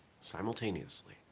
simultaneously